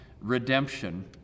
redemption